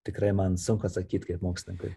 tikrai man sunku atsakyt kaip mokslininkui